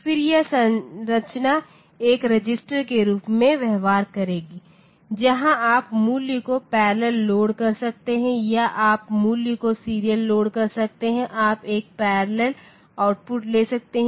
फिर यह संरचना एक रजिस्टर के रूप में व्यवहार करेगी जहां आप मूल्य को पैरेलल लोड कर सकते हैं या आप मूल्य को सीरियल लोड कर सकते हैं आप एक पैरेलल आउटपुट ले सकते हैं या आप एक सीरियल आउटपुट ले सकते हैं